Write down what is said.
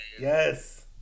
yes